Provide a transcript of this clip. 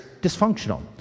dysfunctional